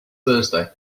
thursday